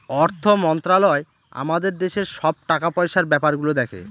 অর্থ মন্ত্রালয় আমাদের দেশের সব টাকা পয়সার ব্যাপার গুলো দেখে